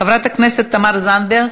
חברת הכנסת תמר זנדברג,